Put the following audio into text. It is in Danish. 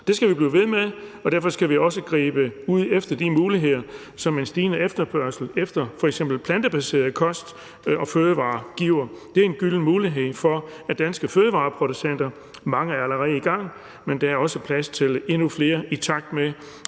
Det skal vi blive ved med, og derfor skal vi også gribe ud efter de muligheder, som en stigende efterspørgsel efter f.eks. plantebaseret kost og fødevarer giver. Det er en gylden mulighed for danske fødevareproducenter. Mange er allerede i gang, men der er også plads til endnu flere, i takt med